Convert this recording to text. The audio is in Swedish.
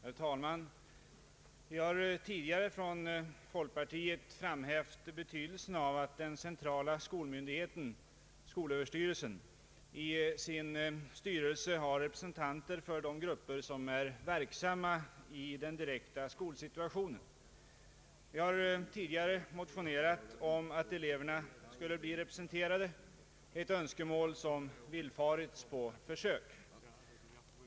Herr talman! Vi har tidigare från folkpartiet framhävt betydelsen av att den centrala skolmyndigheten — skolöverstyrelsen — i sin styrelse har repre sentanter för de grupper som är verksamma i den direkta skolsituationen. Vi har tidigare motionerat om att eleverna skulle bli representerade, ett önskemål som villfarits på försök.